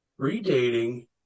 redating